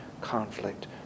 conflict